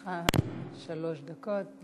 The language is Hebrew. לרשותך שלוש דקות.